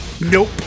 nope